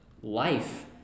life